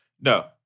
No